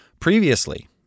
previously